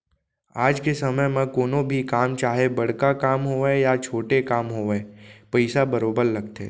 आज के समे म कोनो भी काम चाहे बड़का काम होवय या छोटे काम होवय पइसा बरोबर लगथे